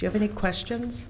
if you have any questions